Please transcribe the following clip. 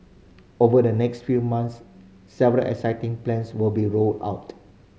over the next few months several exciting plans will be rolled out